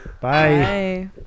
Bye